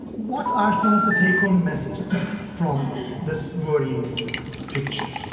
what are some of the take home messages from this worrying picture?